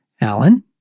Alan